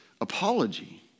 apology